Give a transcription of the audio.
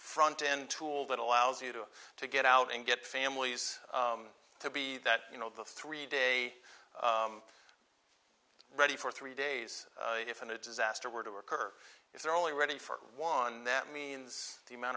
front end tool that allows you to to get out and get families to be that you know the three day ready for three days if an a disaster were to occur if there are only ready for one that means the amount